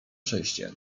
przejście